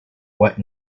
what